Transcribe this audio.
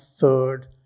third